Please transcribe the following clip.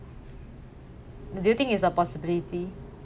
do you think it's a possibility